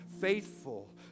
faithful